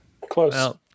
Close